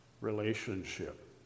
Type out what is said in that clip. relationship